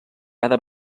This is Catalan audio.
cada